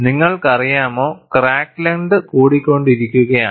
നിങ്ങൾക്കറിയാമോ crack length കൂടിക്കൊണ്ടിരിക്കുകയാണ്